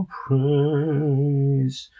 praise